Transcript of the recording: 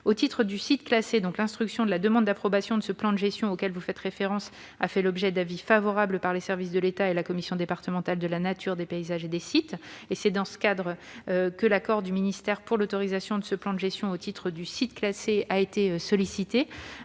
Au titre du site classé, l'instruction de la demande d'approbation de ce plan de gestion auquel vous faites référence a fait l'objet d'avis favorable par les services de l'État et de la commission départementale de la nature, des paysages et des sites. C'est dans ce cadre que l'accord du ministère pour l'autorisation de ce plan de gestion au titre du site classé a été sollicité,